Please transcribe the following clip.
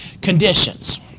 Conditions